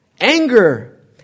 anger